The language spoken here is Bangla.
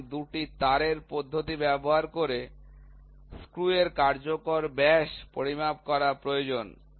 সুতরাং ২টি তারের পদ্ধতি ব্যবহার করে স্ক্রু র কার্যকর ব্যাস পরিমাপ করা প্রয়োজন